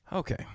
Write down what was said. Okay